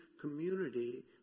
community